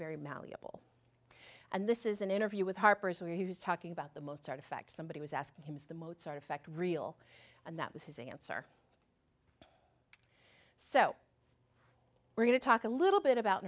very malleable and this is an interview with harper's where he was talking about the mozart effect somebody was asking him is the mozart effect real and that was his answer so we're going to talk a little bit about